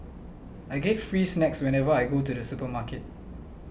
I get free snacks whenever I go to the supermarket